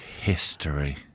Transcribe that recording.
History